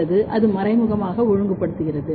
அல்லது அது மறைமுகமாக ஒழுங்குபடுத்துகிறது